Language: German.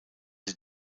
sie